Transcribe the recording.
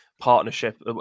partnership